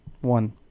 One